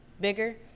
bigger